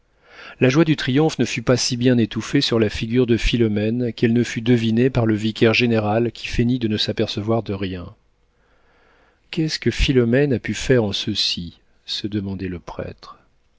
la joie du triomphe ne fut pas si bien étouffée sur la figure de philomène qu'elle ne fût devinée par le vicaire-général qui feignit de ne s'apercevoir de rien qu'est-ce que philomène a pu faire en ceci se demandait le prêtre